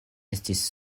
estas